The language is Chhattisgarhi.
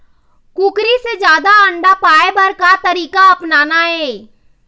कुकरी से जादा अंडा पाय बर का तरीका अपनाना ये?